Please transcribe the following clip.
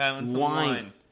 wine